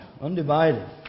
Undivided